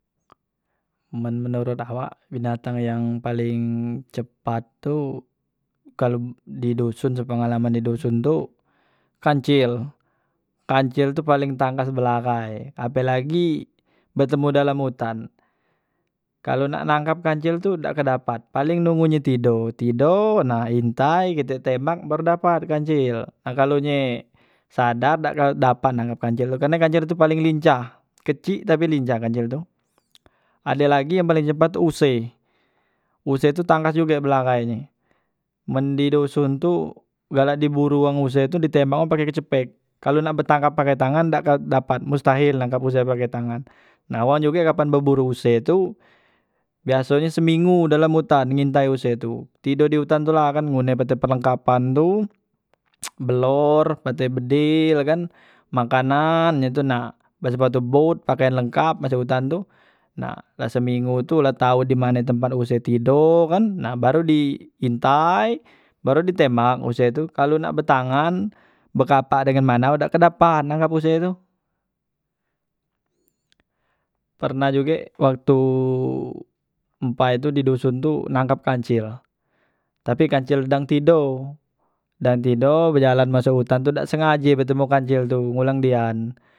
Men menurut awak binatang yang paling cepat tu, kalo di doson sepengalaman di doson tu kancil, kancil tu paling tangkas belahai ape lagi betemu dalam utan kalo nak nangkap kancil tu dak kedapat paling nunggu nyo tido, tido nah intai kite tembak baru dapat tu kancil nah kalo nye sadar dak kan dapat nangkap kancil tu karne kancil tu paling lincah, kecik tapi lincah kancil tu. Ade lagi yang paling cepat tu use, use tu tangkas juge belahai nye men di doson tu galak di buru wong use tu di tembak wong pake kecepet kalo nak betangkap pake tangan dak kan dapat mustahil nangkap use pake tangan, nah wong juge kapan beburu use tu biasonyo seminggu dalam utan ngintai use tu, tidok di utan tu la kan ngune perlengkapan tu belor pate bedil ye kan makanan itu na be sepatu boot pakaian lengkap masuk utan tu na la seminggu tu la tau dimane tempat use tido kan, nah baru di intai baru di tembak use tu, kalu nak betangan bekapak dengan manau dak kan dapat nangkep use tu pernah juge waktu empai tu di doson tu nangkap kancil, tapi kancil sedang tido, sedang tido bejalan masuk utan tu dak sengaje betemu kancil tu ngulang dian.